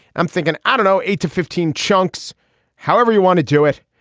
i'm thinking i don't know eight to fifteen chunks however you want to do it.